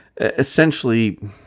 essentially